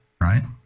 right